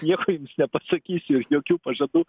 nieko jums nepasakysiu jokių pažadų